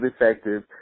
effective